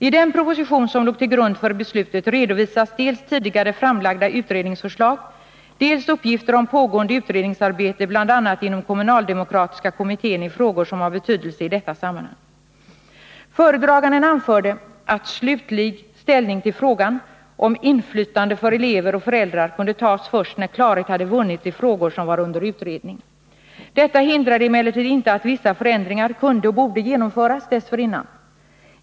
I den proposition som låg till grund för beslutet redovisas dels tidigare framlagda utredningsförslag, dels uppgifter om pågående utredningsarbete bl.a. inom kommunaldemokratiska kommittén i frågor som har betydelse i detta sammanhang. Föredraganden anförde att slutlig ställning till frågan om inflytande för elever och föräldrar kunde tas först när klarhet hade vunnits i frågor som var under utredning. Detta hindrade emellertid inte att vissa förändringar kunde och borde genomföras dessförinnan.